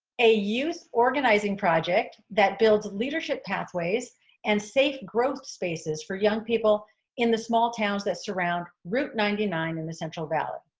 a youth organizing project that builds leadership pathways and safe growth spaces for young people in the small towns that surround route ninety nine in the central valley